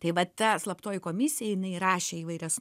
tai va ta slaptoji komisija jinai rašė įvairias